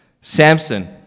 Samson